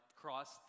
cross